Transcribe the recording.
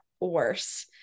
worse